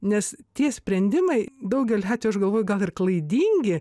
nes tie sprendimai daugeliu atvejų aš galvoju gal ir klaidingi